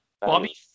Bobby